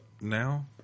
now